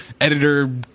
editor